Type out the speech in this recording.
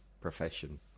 profession